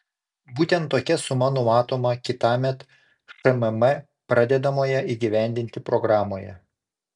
būtent tokia suma numatoma kitąmet šmm pradedamoje įgyvendinti programoje